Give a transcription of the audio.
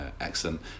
excellent